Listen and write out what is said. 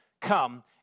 come